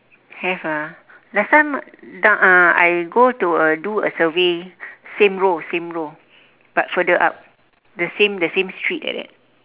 have lah last time done uh I go to a do a survey same row same row but further up the same the same street like that